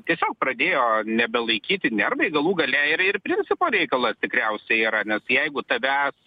tiesiog pradėjo nebelaikyti nervai galų gale yra ir ir principo reikalas tikriausiai yra nes jeigu tavęs